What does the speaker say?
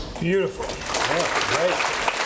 Beautiful